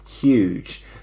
huge